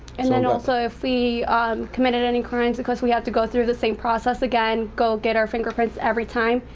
and then also, if we committed any crimes, of course, we have to go through the same process again, go get our fingerprints every time.